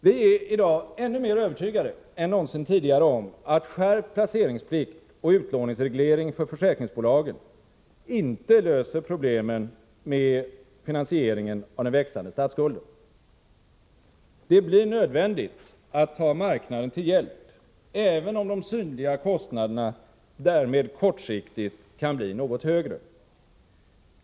Vi är i dag ännu mer övertygade än någonsin om att skärpt placeringsplikt och utlåningsreglering för försäkringsbolagen inte löser problemen med finansieringen av den växande statsskulden. Det blir nödvändigt att ta marknaden till hjälp, även om de synliga kostnaderna därmed kortsiktigt kan bli något högre.